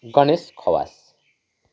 Ganesh Khawas